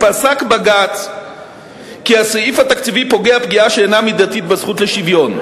"פסק בג"ץ כי הסעיף התקציבי פוגע פגיעה שאינה מידתית בזכות לשוויון.